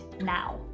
now